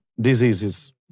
diseases